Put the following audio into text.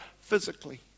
physically